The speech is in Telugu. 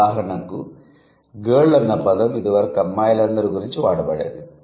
ఉదాహరణకు గర్ల్ అన్న పదం ఇదివరకు అమ్మాయిలందరి గురించి వాడబడేది